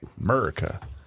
America